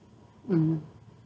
um